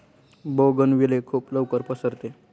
bougainvillea खूप लवकर पसरते